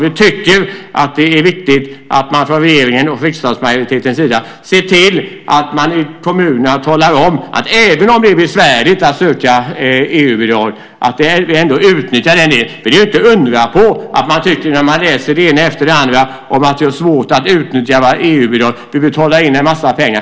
Vi tycker att det är viktigt att man från regeringen och från riksdagsmajoritetens sida ser till att man i kommunerna talar om att även om det är besvärligt att söka EU-bidrag bör denna möjlighet ändå utnyttjas. Det är ju inte att undra på att man tvekar när man läser det ena efter det andra om att det är svårt att utnyttja EU-bidrag och att vi betalar in en massa pengar.